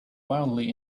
wildly